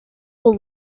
will